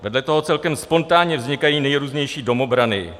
Vedle toho celkem spontánně vznikají nejrůznější domobrany.